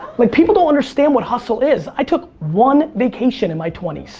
like people don't understand what hustle is. i took one vacation in my twenty